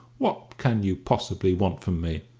what can you possibly want from me?